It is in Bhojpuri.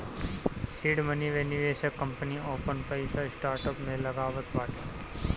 सीड मनी मे निवेशक कंपनी आपन पईसा स्टार्टअप में लगावत बाटे